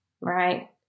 right